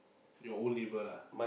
your own neighbor lah